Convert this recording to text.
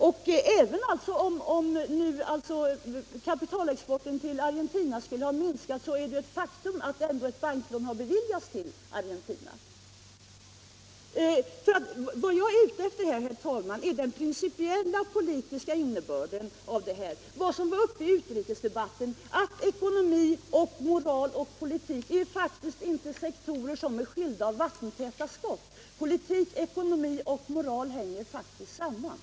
Och även om kapitalexporten till Argentina skulle ha minskat, är det ett faktum att ett banklån har beviljats Argentina Vad jag är ute efter, herr talman, är den principiella politiska innebörden. I utrikesdebatten sades att ekonomi, moral och politik inte är sektorer som är skilda av vattentäta skott, utan de hänger faktiskt samman.